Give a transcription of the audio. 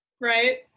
right